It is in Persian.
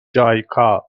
جایکا